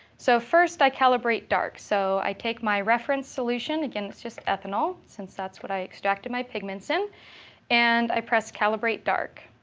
so first i calibrate dark. so i take my reference solution again, it's just ethanol, since that's what i extracted my pigments in and i press calibrate dark.